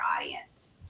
audience